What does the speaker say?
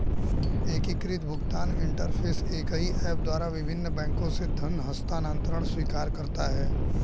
एकीकृत भुगतान इंटरफ़ेस एक ही ऐप द्वारा विभिन्न बैंकों से धन हस्तांतरण स्वीकार करता है